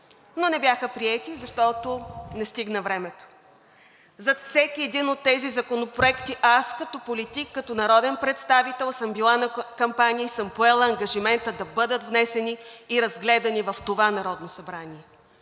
но не бяха приети, защото не стигна времето. Зад всеки един от тези законопроекти аз като политик, като народен представител съм била на кампании и съм поела ангажимента да бъдат внесени и разгледани в това Народно събрание.